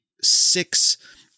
six